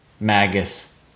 Magus